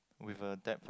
with a depth of